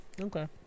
Okay